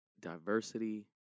diversity